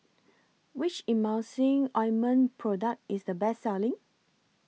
Which Emulsying Ointment Product IS The Best Selling